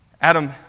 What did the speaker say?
Adam